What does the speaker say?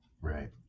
Right